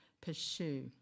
pursue